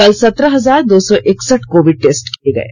कल सत्रह हजार दो सौ इकसठ कोविड टेस्ट किये गये